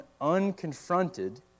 unconfronted